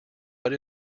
but